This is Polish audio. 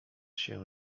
się